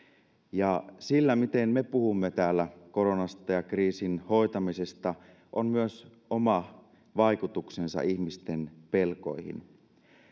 ja sillä miten me puhumme täällä koronasta ja kriisin hoitamisesta on myös oma vaikutuksensa ihmisten pelkoihin